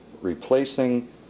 replacing